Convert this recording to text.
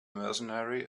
mercenary